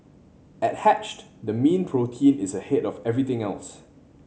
at Hatched the mean protein is ahead of everything else